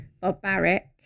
barbaric